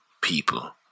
people